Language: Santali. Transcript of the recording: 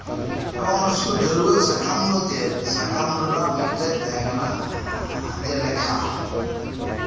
ᱮᱵᱚᱝ ᱥᱩᱫᱩ ᱰᱷᱟᱹᱨᱣᱟᱹᱜ ᱥᱟᱠᱟᱢ ᱫᱚ ᱪᱮᱫ ᱥᱟᱠᱟᱢ ᱨᱮᱱᱟᱜ ᱢᱤᱫᱴᱮᱡ ᱛᱟᱦᱮᱸ ᱠᱟᱱᱟ ᱡᱮ ᱞᱮᱠᱷᱟ